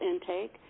intake